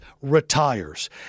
retires